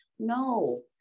No